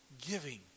giving